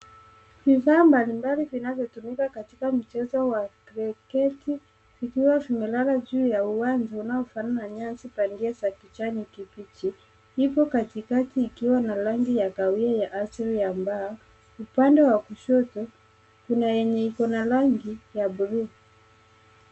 Vifaa mbalimbali zinazotumika katika mchezo wa kriketi vikiwa vimelala juu ya uwanja unaofanana na nyasi bandia za kijani kibichi. Ipo katikati ikiwa na rangi ya kahawia ya asili ya mbao. Upande wa kushoto kuna yenye ikona rangi ya bluu.